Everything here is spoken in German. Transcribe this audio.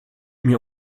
mir